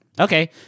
Okay